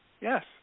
yes